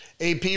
AP